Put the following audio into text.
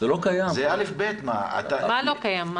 מה לא קיים?